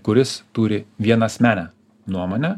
kuris turi vienasmenę nuomonę